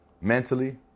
mentally